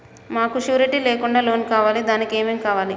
మాకు షూరిటీ లేకుండా లోన్ కావాలి దానికి ఏమేమి కావాలి?